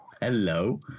Hello